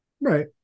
right